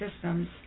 systems